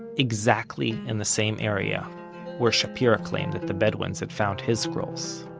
exactly in the same area where shapira claimed that the bedouins had found his scrolls.